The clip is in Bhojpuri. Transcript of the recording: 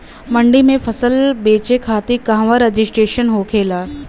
मंडी में फसल बेचे खातिर कहवा रजिस्ट्रेशन होखेला?